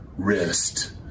Rest